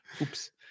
Oops